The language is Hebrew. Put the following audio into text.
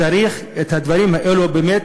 צריך את הדברים האלה באמת,